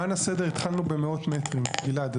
למען הסדר, התחלנו במאות מטרים, גלעד.